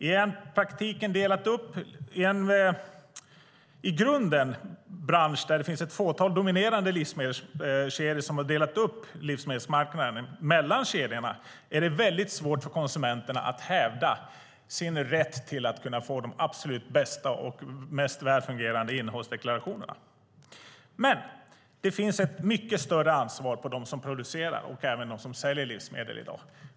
I branschen finns det ett fåtal dominerande livsmedelskedjor som har delat upp livsmedelsmarknaden mellan kedjorna. Det är väldigt svårt för konsumenterna att hävda sin rätt till att kunna få de absolut bästa och mest välfungerande innehållsdeklarationerna. Det ligger i dag ett mycket större ansvar på dem som producerar och även dem som säljer livsmedel.